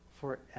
forever